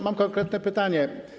Mam konkretne pytanie.